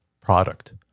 product